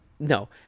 No